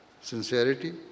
sincerity